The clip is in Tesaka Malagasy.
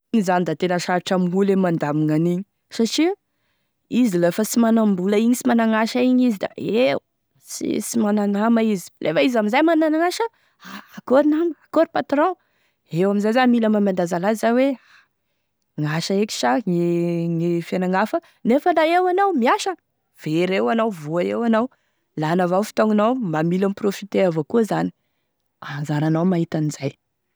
Igny zany da tena sarotry amegn' olo e mandamigny an'igny satria izy lafa sy manambola igny sy managn' asa igny izy da eo sy mana nama izy, lefa izy amin'izay managn' asa akory nama, akory patron, eo amin'izay zany mila mahay mandanjalanja hoe gn'asa eky sa e fiana hafa, nefa la eo anao miasa, very eo anao, voa eo anao, lany avao e fotoagninao, mba mila mahay mi profiter avao koa zany, anjaranao mahita an'izay.